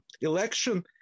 election